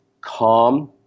calm